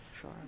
Sure